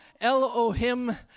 Elohim